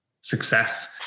success